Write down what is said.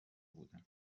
بودن